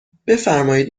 بفرمایید